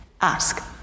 ask